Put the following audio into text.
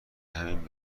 همین